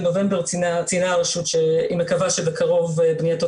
בנובמבר ציינה הרשות שהיא מקווה שבקרוב בנייתו